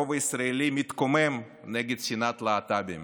הרוב הישראלי מתקומם נגד שנאת להט"בים.